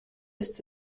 ist